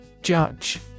Judge